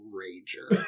rager